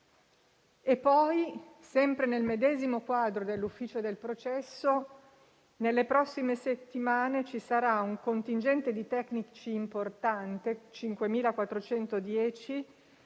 Sempre nel medesimo quadro dell'ufficio del processo, nelle prossime settimane ci sarà un contingente di tecnici importante (5.410)